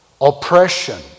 oppression